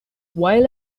while